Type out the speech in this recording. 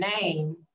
name